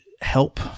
help